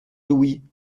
louis